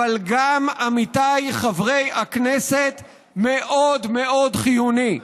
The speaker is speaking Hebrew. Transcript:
אבל, עמיתיי חברי הכנסת, גם מאוד מאוד חיוני.